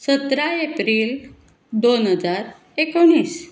सतरा एप्रील दोन हजार एकोणीस